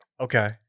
Okay